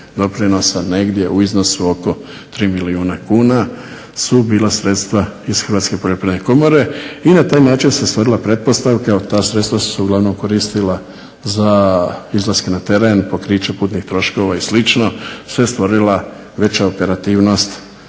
doprinosa. Negdje u iznosu oko 3 milijuna kuna su bila sredstva iz Hrvatske poljoprivredne komore i na taj način se stvorila pretpostavka, ta sredstva su se uglavnom koristila za izlaske na teren, pokriće putnih troškova i slično. Sve je stvorila veća operativnost